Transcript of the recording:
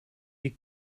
die